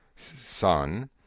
son